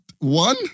One